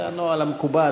זה הנוהל המקובל.